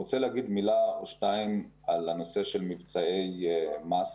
אני רוצה להגיד כמה דברים בנושא מבצעי מס: